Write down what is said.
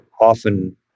often